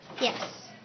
Yes